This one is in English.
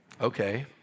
Okay